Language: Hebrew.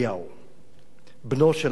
בנו של הרב מרדכי אליהו,